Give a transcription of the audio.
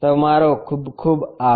તમારો ખુબ ખુબ આભાર